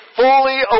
fully